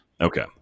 Okay